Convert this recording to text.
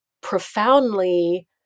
profoundly